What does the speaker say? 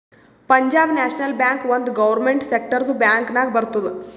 ಪಂಜಾಬ್ ನ್ಯಾಷನಲ್ ಬ್ಯಾಂಕ್ ಒಂದ್ ಗೌರ್ಮೆಂಟ್ ಸೆಕ್ಟರ್ದು ಬ್ಯಾಂಕ್ ನಾಗ್ ಬರ್ತುದ್